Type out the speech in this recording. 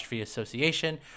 Association